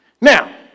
Now